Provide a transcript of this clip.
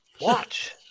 watch